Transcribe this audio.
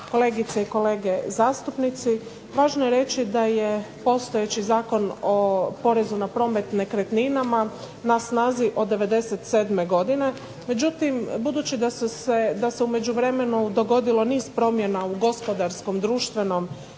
kolegice i kolege zastupnici. Važno je reći da je postojeći Zakon o porezu na promet nekretnina na snazi od '97. godine, međutim budući da se u međuvremenu dogodilo niz promjena u gospodarskom, društvenom